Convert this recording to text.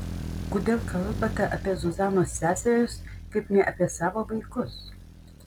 kodėl kalbate apie zuzanos seseris kaip ne apie savo vaikus